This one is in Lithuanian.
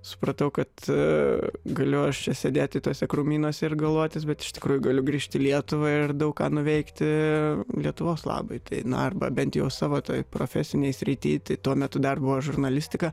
supratau kad galiu aš čia sėdėti tuose krūmynuose ir galvoti bet iš tikrųjų galiu grįžti į lietuvą ir daug ką nuveikti lietuvos labui tai na arba bent jau savo toj profesinėj srity tai tuo metu dar buvo žurnalistika